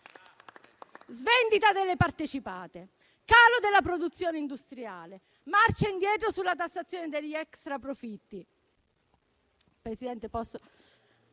Svendita delle partecipate, calo della produzione industriale, marcia indietro sulla tassazione degli extra-profitti,